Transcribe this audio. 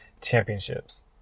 championships